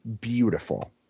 beautiful